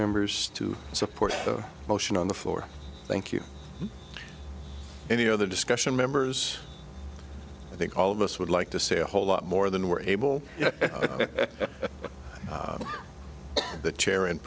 members to support the motion on the floor thank you any other discussion members i think all of us would like to say a whole lot more than we're able to chair in